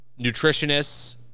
nutritionists